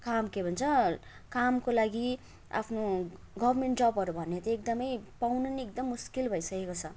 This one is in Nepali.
काम के भन्छ कामको लागि आफ्नो गभर्मेन्ट जबहरू भन्ने त्यही एकदमै पाउनु नै एकदम मुस्किल भइसकेको छ